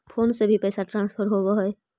Phone से भी पैसा ट्रांसफर होवहै?